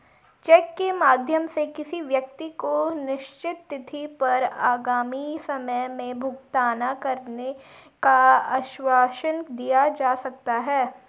check के माध्यम से किसी व्यक्ति को निश्चित तिथि पर आगामी समय में भुगतान करने का आश्वासन दिया जा सकता है